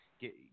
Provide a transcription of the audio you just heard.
get